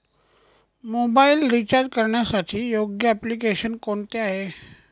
Mobile recharge करण्यासाठी योग्य application कोणते आहे?